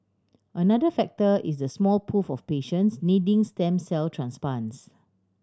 another factor is the small pool of patients needing stem cell transplants